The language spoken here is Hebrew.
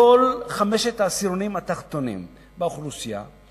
כל חמשת העשירונים התחתונים באוכלוסייה,